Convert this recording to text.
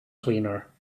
cleaner